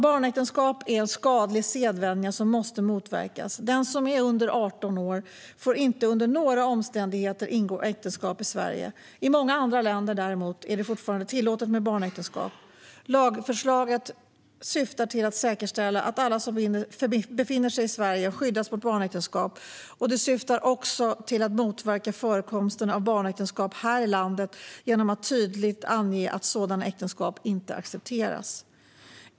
Barnäktenskap är en skadlig sedvänja som måste motverkas. Den som är under 18 år får inte under några omständigheter ingå äktenskap i Sverige. I många andra länder däremot är det fortfarande tillåtet med barnäktenskap. Lagförslaget syftar till att säkerställa att alla som befinner sig i Sverige skyddas mot barnäktenskap. Det syftar också till att motverka förekomsten av barnäktenskap här i landet genom att tydligt ange att sådana äktenskap inte accepteras.